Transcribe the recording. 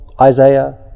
Isaiah